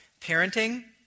Parenting